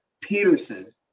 Peterson